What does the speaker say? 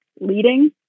leading